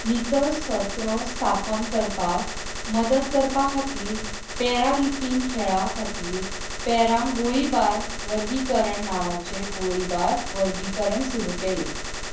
नितळ सत्र स्थापन करपाक मदत करपा खातीर पॅरालिंपीक्स खेळा खातीर पॅरा गोळिबार वर्गीकरण नावाचें गोळिबार वर्गीकरण सुरू केलें